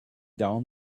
down